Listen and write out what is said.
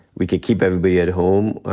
we could keep everybody at home.